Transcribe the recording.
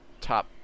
Top